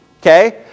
Okay